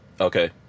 Okay